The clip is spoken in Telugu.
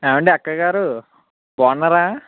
ఏమండి అక్కయ్యగారు బాగున్నారా